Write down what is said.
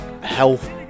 health